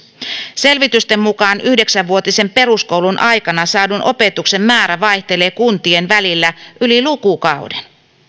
selvitysten mukaan yhdeksänvuotisen peruskoulun aikana saadun opetuksen määrä vaihtelee kuntien välillä yli lukukauden